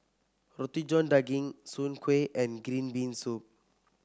Roti John Daging Soon Kuih and Green Bean Soup